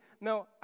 No